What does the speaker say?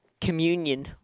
communion